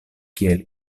kiel